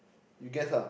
you guess ah